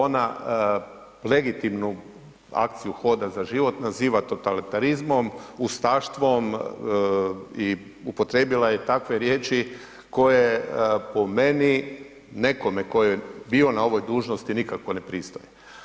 Ona legitimnu akciju „Hoda za život“ naziva totalitarizmom, ustaštvom i upotrijebila je takve riječi koje po meni nekome tko je bio na ovoj dužnosti nikako ne pristaje.